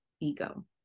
ego